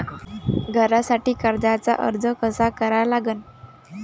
घरासाठी कर्जाचा अर्ज कसा करा लागन?